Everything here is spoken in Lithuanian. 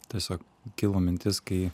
tiesiog kilo mintis kai